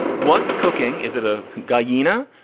what's cooking? is it a guy, gina.